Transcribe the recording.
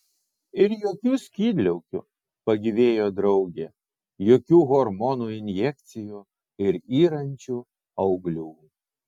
ir jokių skydliaukių pagyvėjo draugė jokių hormonų injekcijų ir yrančių auglių